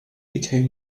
became